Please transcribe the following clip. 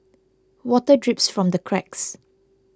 water drips from the cracks